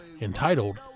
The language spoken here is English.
entitled